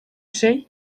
şey